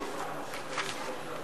ההצעה להעביר את הצעת חוק שכר מינימום